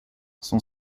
son